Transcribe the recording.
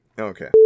Okay